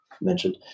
mentioned